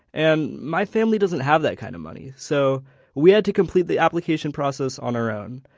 and my family doesn't have that kind of money, so we had to complete the application process on our own,